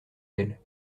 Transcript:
elle